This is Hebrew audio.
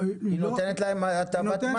היא נותנת להם הטבת מס.